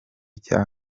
cya